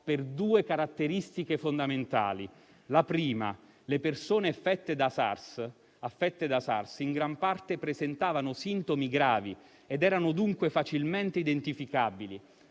per due caratteristiche fondamentali. La prima è che le persone affette da SARS in gran parte presentavano sintomi gravi ed erano dunque facilmente identificabili,